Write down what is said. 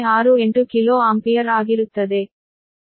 1068 kilo ampere ಆಗಿರುತ್ತದೆ